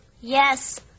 Yes